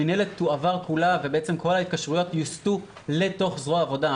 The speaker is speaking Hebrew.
המנהלת תועבר כולה וכל התקשרויות יוסטו לתוך זרוע העבודה.